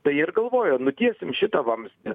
tai jie ir galvojo nutiesim šitą vamzdį